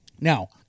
Now